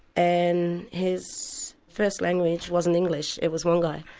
and his first language wasn't english, it was wangai,